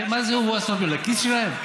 מה זה, לכיס שלהם?